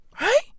Right